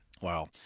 Wow